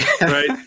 Right